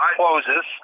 closes